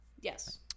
Yes